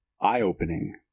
eye-opening